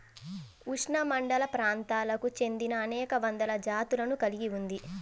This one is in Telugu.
ఉష్ణమండలప్రాంతాలకు చెందినఅనేక వందల జాతులను కలిగి ఉంది